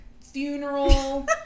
funeral